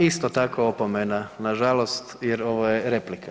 Isto tako opomena nažalost jer ovo je replika.